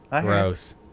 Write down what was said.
Gross